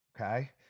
okay